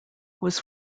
was